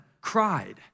cried